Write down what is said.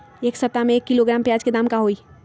एक सप्ताह में एक किलोग्राम प्याज के दाम का होई?